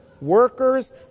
workers